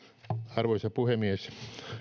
arvoisa puhemies